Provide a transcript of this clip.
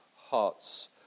hearts